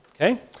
Okay